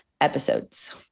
episodes